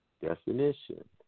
Definition